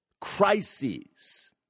crises